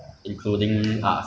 这样你